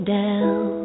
down